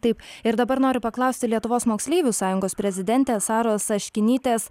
taip ir dabar noriu paklausti lietuvos moksleivių sąjungos prezidentės saros aškinytės